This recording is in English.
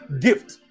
gift